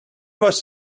was